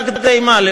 רק כדי מה,